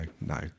no